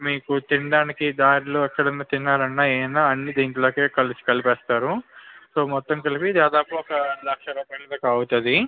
మీకు తినడానికి దారిలో ఎక్కడైనా తినాలన్నా ఏమైనా అన్నీ దీంట్లోకే కలి కలిపేస్తారు సో మొత్తం కలిపి దాదాపు ఓక లక్ష రూపాయల దాకా అవుతుంది